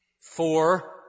four